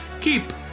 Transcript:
Keep